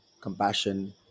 compassion